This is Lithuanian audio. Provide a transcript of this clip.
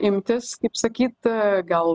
imtis kaip sakyta gal